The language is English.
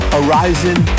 Horizon